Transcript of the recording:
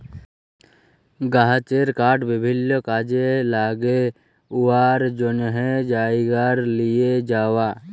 গাহাচের কাঠ বিভিল্ল্য কাজে ল্যাগে উয়ার জ্যনহে জায়গায় লিঁয়ে যাউয়া